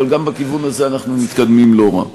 וגם בכיוון הזה אנחנו מתקדמים לא רע.